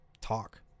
talk